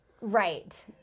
Right